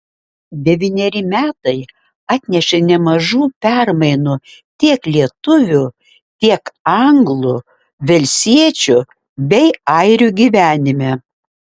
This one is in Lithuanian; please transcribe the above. devyneri metai atnešė nemažų permainų tiek lietuvių tiek anglų velsiečių bei airių gyvenime